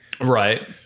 Right